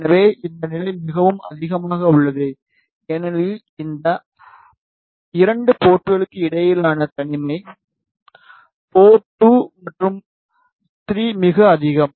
எனவே இந்த நிலை மிகவும் அதிகமாக உள்ளது ஏனெனில் அந்த 2 போர்ட்களுக்கு இடையிலான தனிமை போர்ட் 2 மற்றும் 3 மிக அதிகம்